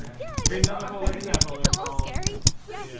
yeah, i mean it's a little scary. yeah, for sure,